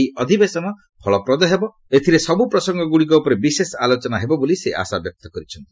ଏହି ଅଧିବେଶନ ଫଳପ୍ରଦ ହେବ ଓ ଏହିସବୁ ପ୍ରସଙ୍ଗଗୁଡ଼ିକ ଉପରେ ବିଶେଷ ଆଲୋଚନା ହେବ ବୋଲି ସେ ଆଶାବ୍ୟକ୍ତ କରିଛନ୍ତି